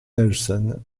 nelson